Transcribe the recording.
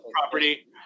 property